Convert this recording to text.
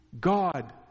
God